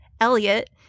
Elliot